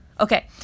Okay